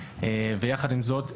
ויחד עם זאת,